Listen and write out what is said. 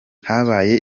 habaye